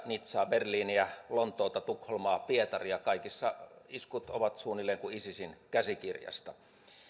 nizzaa berliiniä lontoota tukholmaa pietaria kaikissa iskut ovat suunnilleen kuin isisin käsikirjasta